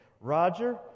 Roger